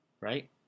right